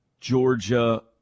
Georgia